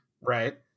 Right